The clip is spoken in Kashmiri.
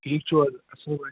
ٹھیٖک چھُو حظ اَصٕل پٲٹھۍ